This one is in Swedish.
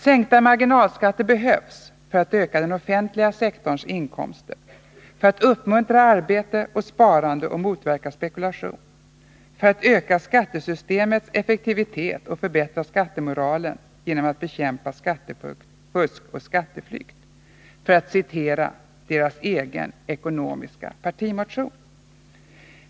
Sänkta marginalskatter behövs för att öka den offentliga sektorns inkomster, för att uppmuntra arbete och sparande och motverka spekulation, för att öka skattesystemets effektivitet och förbättra skattemoralen genom att bekämpa skattefusk och skatteflykt— för att citera deras egen ekonomiska partimotion.